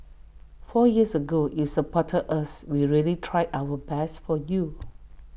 four years ago you supported us we really tried our best for you